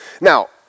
Now